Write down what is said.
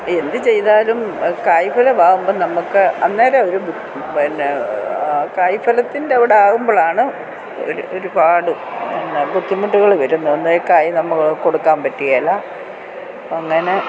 എന്ത് ചെയ്താലും കായ് ബലമാകുമ്പം നമുക്ക് അന്നേരം ഒരു പിന്നെ കായ് ഫലത്തിൻറ്റവിടെ ആവുമ്പോഴാണ് ഒരു ഒരുപാട് എന്താ ബുദ്ധിമുട്ടുകൾ വരുന്നത് ഇതേ കായ് നമുക്ക് കൊടുക്കാൻ പറ്റുകേല അങ്ങനെ